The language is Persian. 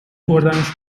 بردمش